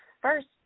first